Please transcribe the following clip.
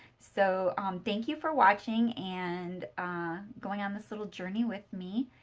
so thank you for watching and going on this little journey with me.